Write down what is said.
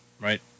Right